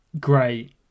Great